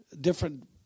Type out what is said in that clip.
different